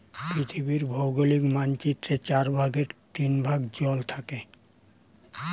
পৃথিবীর ভৌগোলিক মানচিত্রের চার ভাগের তিন ভাগ জল থাকে